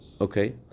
okay